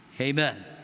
Amen